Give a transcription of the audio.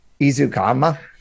Izukama